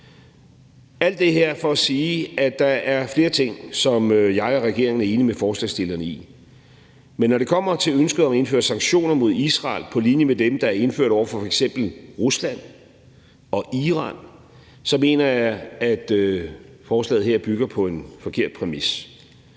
Alt det her er for at sige, at der er flere ting, som jeg og regeringen er enige med forslagsstillerne i. Men når det kommer til ønsket om at indføre sanktioner mod Israel på linje med dem, der er indført over for f.eks. Rusland og Iran, så mener jeg, at forslaget her bygger på en forkert præmis.